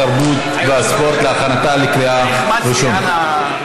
התרבות והספורט להכנתה לקריאה ראשונה.